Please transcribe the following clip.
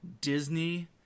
Disney